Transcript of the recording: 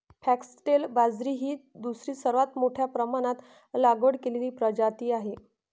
foxtail बाजरी ही दुसरी सर्वात मोठ्या प्रमाणात लागवड केलेली प्रजाती आहे